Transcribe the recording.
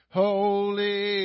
holy